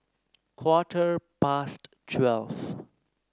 quarter past twelve